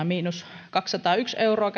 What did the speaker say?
miinus kaksisataayksi euroa